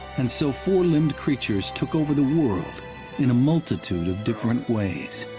and so, four-limbed creatures took over the world in a multitude of different ways,